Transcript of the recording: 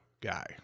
guy